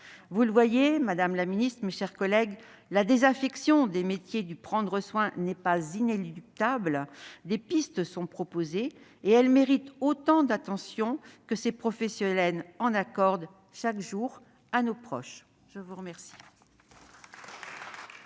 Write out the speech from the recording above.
Vous le voyez, madame la ministre, mes chers collègues, la désaffection des métiers du « prendre soin » n'est pas inéluctable. Des pistes sont proposées. Elles méritent autant d'attention que ces professionnels en accordent chaque jour à nos proches. Voici